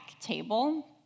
table